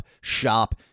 shop